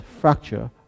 fracture